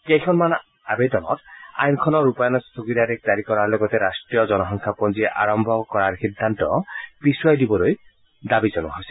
কেইখনমান আৱেদনত আইনখনৰ ৰূপায়ণত স্থগিতাদেশ জাৰি কৰাৰ লগতে ৰাষ্ট্ৰীয় জনসংখ্যাপঞ্জী আৰম্ভ কৰাৰ সিদ্ধান্ত পিছুৱাই দিবলৈ দাবী জনোৱা হৈছে